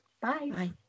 Bye